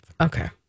okay